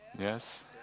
Yes